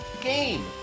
game